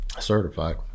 certified